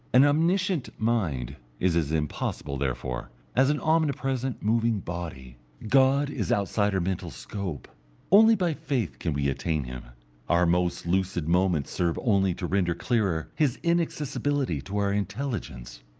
an omniscient mind is as impossible, therefore, as an omnipresent moving body. god is outside our mental scope only by faith can we attain him our most lucid moments serve only to render clearer his inaccessibility to our intelligence.